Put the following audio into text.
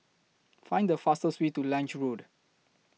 Find The fastest Way to Lange Road